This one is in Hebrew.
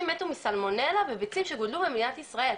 מתו מסלמונלה מביצים שגודלו במדינת ישראל.